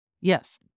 Yes